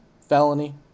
Felony